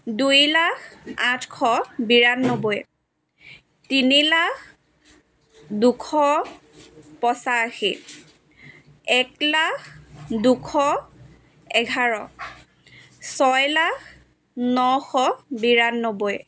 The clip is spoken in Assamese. দুই লাখ আঠশ বিৰান্নব্বৈ তিনি লাখ দুশ পঁচাশী এক লাখ দুশ এঘাৰ ছয় লাখ নশ বিৰান্নব্বৈ